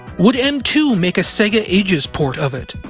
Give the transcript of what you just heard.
would m two make a sega ages port of it?